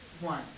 one